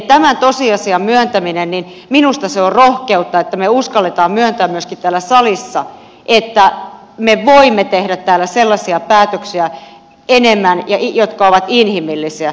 tämän tosiasian myöntäminen on minusta rohkeutta että me uskallamme myöntää myöskin täällä salissa että me voimme tehdä täällä enemmän sellaisia päätöksiä jotka ovat inhimillisiä